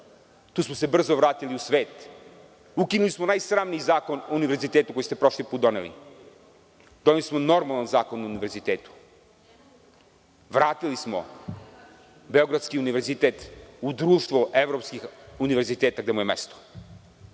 tu smo se brzo vratili u svet. Ukinuli smo najsramniji Zakon o univerzitetu koji ste prošli put doneli. Doneli smo normalan Zakon o univerzitetu. Vratili smo Beogradski univerzitet u društvo evropskih univerziteta gde mu je mesto.